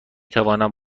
توانم